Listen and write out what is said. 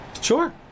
Sure